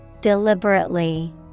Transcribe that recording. Deliberately